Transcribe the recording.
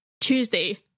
tuesday